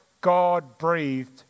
God-breathed